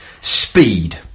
Speed